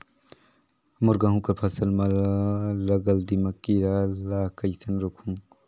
मोर गहूं कर फसल म लगल दीमक कीरा ला कइसन रोकहू?